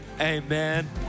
Amen